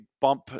bump